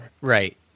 Right